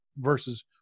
versus